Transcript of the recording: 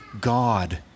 God